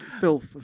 Filth